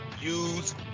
use